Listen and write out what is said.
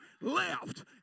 left